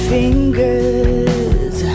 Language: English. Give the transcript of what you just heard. fingers